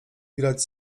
grać